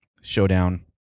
Showdown